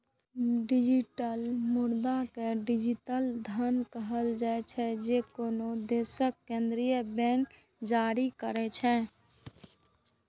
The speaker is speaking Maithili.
डिजिटल मुद्रा कें डिजिटल धन कहल जाइ छै, जे कोनो देशक केंद्रीय बैंक जारी करै छै